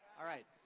alright,